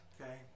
Okay